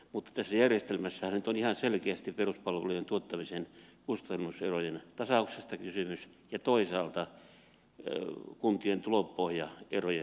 mutta tässä järjestelmässähän nyt on ihan selkeästi peruspalvelujen tuottamisen kustannuserojen tasauksesta kysymys ja toisaalta kuntien tulopohjaerojen tasauksesta